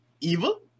evil